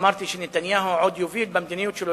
אמרתי שנתניהו עוד יוביל במדיניות שלו,